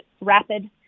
rapid